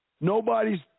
Nobody's